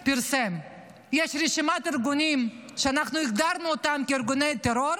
יש רשימת ארגונים שאנחנו הגדרנו אותם כארגוני טרור